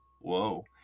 Whoa